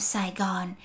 Saigon